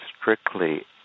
strictly